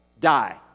die